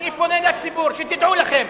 אני פונה אל הציבור, שתדעו לכם.